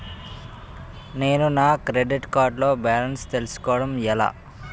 నేను నా credit card లో బాలన్స్ తెలుసుకోవడం ఎలా?